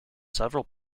several